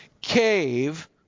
cave